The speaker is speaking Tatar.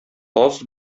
таз